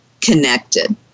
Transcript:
connected